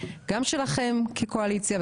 גם שלכם כקואליציה,